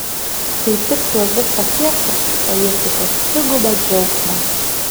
kai tikslas bus pasiektas pajusite dvigubą džiaugsmą